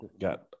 got